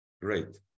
great